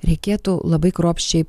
reikėtų labai kruopščiai